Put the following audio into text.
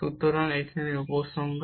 সুতরাং এখন উপসংহার